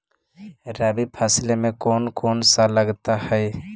रबी फैसले मे कोन कोन सा लगता हाइय?